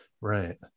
right